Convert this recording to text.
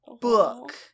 ...book